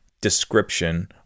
description